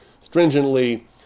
stringently